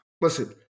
listen